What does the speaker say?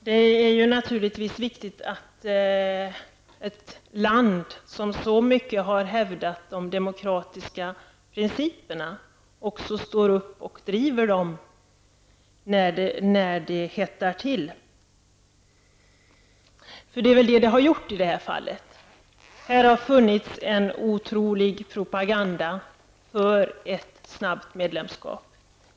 Naturligtvis är det viktigt att ett land som så starkt har hävdat de demokratiska principerna står upp för dessa när det hettar till. Och det är väl vad som har skett i det här fallet. Det har ju förekommit en otroligt omfattande propaganda för att ett medlemskap i EG snabbt skall bli verklighet.